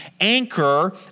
anchor